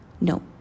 No